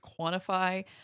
quantify